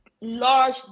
large